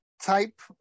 type